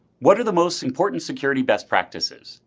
what are the most important security best practices?